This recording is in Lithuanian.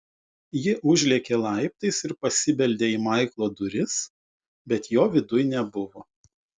ji užlėkė laiptais ir pasibeldė į maiklo duris bet jo viduj nebuvo